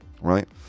Right